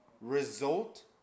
result